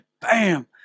Bam